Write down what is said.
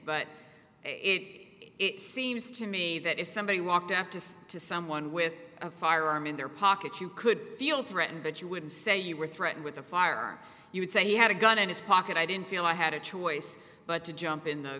but it it seems to me that if somebody walked up to say to someone with a firearm in their pocket you could feel threatened but you would say you were threatened with a firearm you would say he had a gun in his pocket i didn't feel i had a choice but to jump in